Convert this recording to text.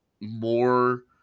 more